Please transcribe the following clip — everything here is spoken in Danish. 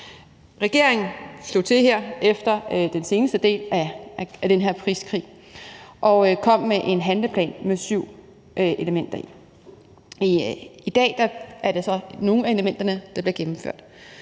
Regeringen slog til her efter den seneste del af den her priskrig og kom med en handleplan med syv elementer i, og i dag er der så nogle af elementerne, der bliver gennemført,